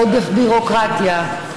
עודף ביורוקרטיה,